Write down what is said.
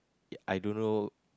I don't know